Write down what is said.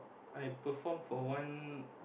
I perform for one